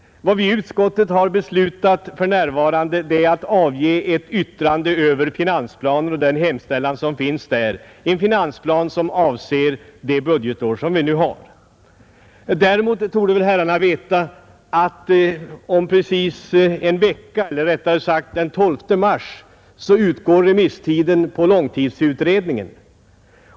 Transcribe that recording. Vad vi i utskottet har beslutat för närvarande är att avge ett yttrande över den finansplan och den hemställan som här framlagts och som avser innevarande budgetår. Däremot torde herrarna väl veta att om precis en vecka, den 10 mars, utgår remisstiden för långtidsutredningen.